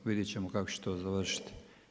Vidjet ćemo kako će to završiti.